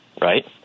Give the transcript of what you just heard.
right